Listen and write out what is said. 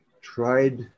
tried